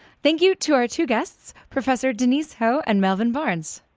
thank you to our two guests, professor denise ho, and melvin barnes.